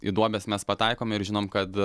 į duobes mes pataikome ir žinom kad